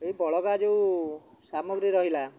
ଯେଉଁ ବଳକା ଯେଉଁ ସାମଗ୍ରୀ ରହିଲା